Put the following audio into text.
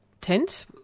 tent